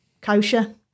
kosher